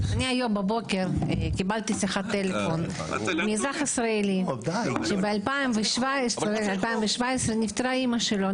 הבוקר קיבלתי שיחת טלפון מאזרח ישראלי שב-2017 נפטרה אימא שלו.